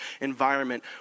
environment